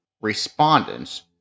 respondents